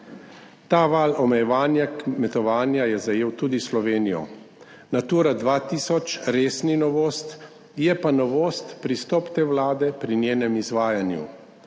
Ta val omejevanja kmetovanja je zajel tudi Slovenijo. Natura 2000 res ni novost, je pa novost pristop te Vlade pri njenem izvajanju.